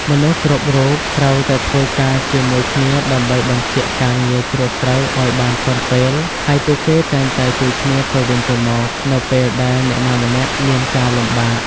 មនុស្សគ្រប់រូបត្រូវតែធ្វើការជាមួយគ្នាដើម្បីបញ្ចប់ការងារច្រូតស្រូវឱ្យបានទាន់ពេល ហើយពួកគេតែងតែជួយគ្នាទៅវិញទៅមកនៅពេលដែលអ្នកណាម្នាក់មានការលំបាក។